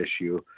issue